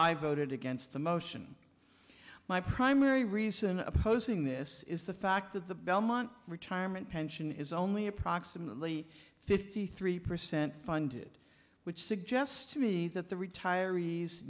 i voted against the motion my primary reason opposing this is the fact that the belmont retirement pension is only approximately fifty three percent funded which suggests to me that the retirees